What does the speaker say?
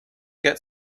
get